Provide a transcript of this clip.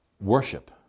worship